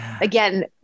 Again